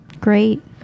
Great